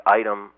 item